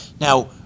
Now